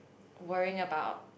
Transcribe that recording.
worrying about